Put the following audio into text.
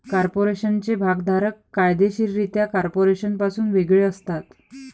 कॉर्पोरेशनचे भागधारक कायदेशीररित्या कॉर्पोरेशनपासून वेगळे असतात